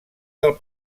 del